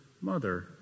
mother